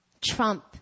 trump